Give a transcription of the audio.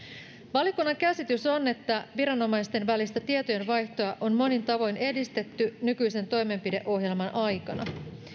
valiokunnan käsitys on että viranomaisten välistä tietojenvaihtoa on monin tavoin edistetty nykyisen toimenpideohjelman aikana